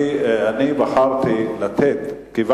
חבר הכנסת גפני.